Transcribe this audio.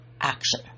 action